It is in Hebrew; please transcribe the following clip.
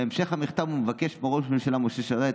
בהמשך המכתב הוא מבקש מראש הממשלה משה שרת